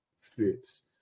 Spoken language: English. fits